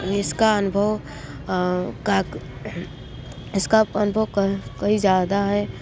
इसका अनुभव काक इसका अनुभव कई ज़्यादा है